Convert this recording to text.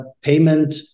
payment